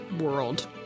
world